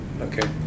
Okay